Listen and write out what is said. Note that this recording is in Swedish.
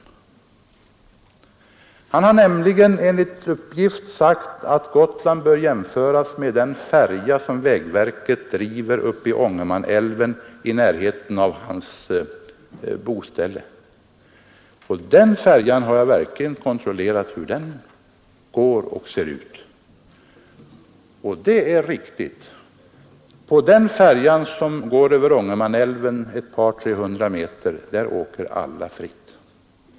Även bil skall få medföras gratis. Han har nämligen enligt uppgift sagt att Gotlandstrafiken bör jämföras med den färjetrafik som vägverket driver i Ångermanälven i närheten av herr Fälldins bostad. Hur den färjan drivs har jag verkligen kontrollerat. På denna färja, som går över Ångermanälven, åker alla fritt.